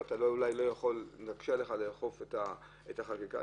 ואולי נקשה עליך לאכוף את החקיקה.